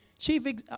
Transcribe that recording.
chief